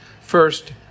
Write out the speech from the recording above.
First